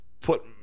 put